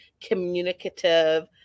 communicative